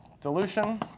dilution